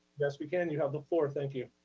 yes, we can. you have the floor, thank you.